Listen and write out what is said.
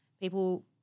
People